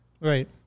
Right